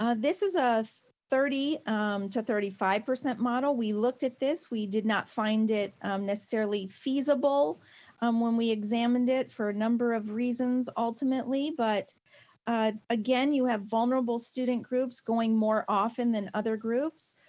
um this is a thirty to thirty five percent model. we looked at this, we did not find it necessarily feasible um when we examined it for a number of reasons, ultimately, but again, you have vulnerable student groups going more often than other groups.